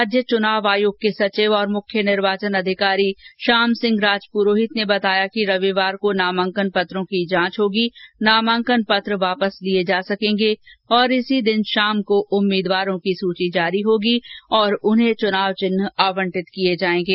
राज्य चनाव आयोग के सचिव और मुख्य निर्वाचन अधिकारी श्याम सिंह राजपुरोहित ने बताया कि रविवार को नामांकन पत्रों की जांच की होगी नामांकन पत्र वापस लिए जा सकेंगे और इसी दिन शाम को उम्मीदवारों की सूची जारी होगी और चुनाव चिन्ह भी आवंटित होंगे